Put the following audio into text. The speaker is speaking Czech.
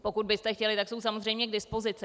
Pokud byste chtěli, jsou samozřejmě k dispozici.